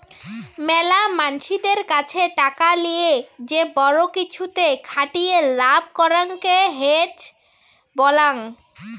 মেলা মানসিদের কাছে টাকা লিয়ে যে বড়ো কিছুতে খাটিয়ে লাভ করাঙকে হেজ বলাং